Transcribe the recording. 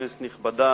כנסת נכבדה,